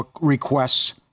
requests